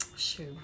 Sure